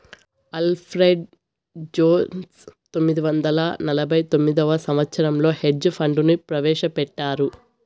Alfred Jones పంతొమ్మిది వందల నలభై తొమ్మిదవ సంవచ్చరంలో హెడ్జ్ ఫండ్ ను ప్రవేశపెట్టారు